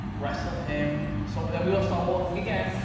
wrestled him. so then we all start walking again.